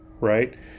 right